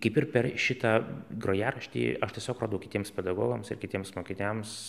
kaip ir per šitą grojaraštį aš tiesiog rodau kitiems pedagogams ir kitiems mokiniams